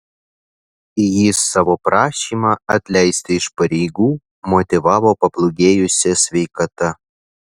jis savo prašymą atleisti iš pareigų motyvavo pablogėjusia sveikata